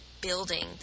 building